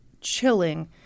chilling